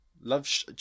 love